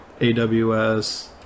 AWS